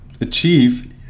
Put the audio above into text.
achieve